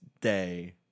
day